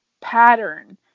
pattern